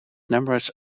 numerous